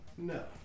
No